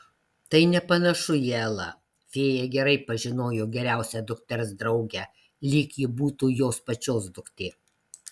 tai nepanašu į elą fėja gerai pažinojo geriausią dukters draugę lyg ji būtų jos pačios duktė